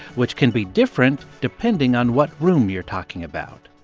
which can be different depending on what room you're talking about